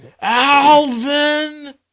Alvin